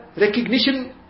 recognition